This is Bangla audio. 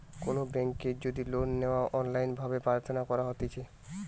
কোনো বেংকের যদি লোন লেওয়া অনলাইন ভাবে প্রার্থনা করা হতিছে